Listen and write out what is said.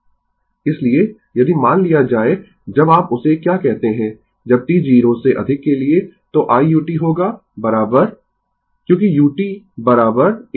Refer Slide Time 1622 इसलिए यदि मान लिया जाए जब आप उसे क्या कहते है जब t 0 से अधिक के लिए तो i u t होगा I क्योंकि u 1